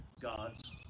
God's